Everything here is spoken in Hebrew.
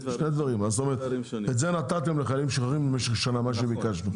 זאת אומרת את זה נתתם לחיילים משוחררים במשך שנה מה שביקשנו?